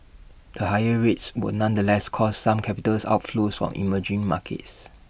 the higher rates would nonetheless cause some capitals outflows from emerging markets